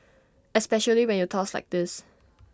especially when you toss like this